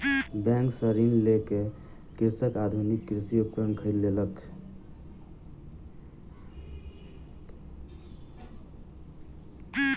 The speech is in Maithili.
बैंक सॅ ऋण लय के कृषक आधुनिक कृषि उपकरण खरीद लेलक